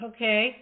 Okay